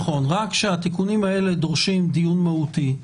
נכון, רק שהתיקונים דורשים דיון מהותי.